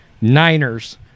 Niners